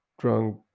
drunk